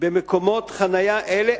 במקומות חנייה אלה,